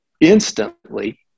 instantly